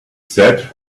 said